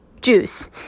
juice